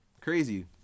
Crazy